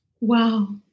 wow